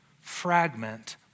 fragment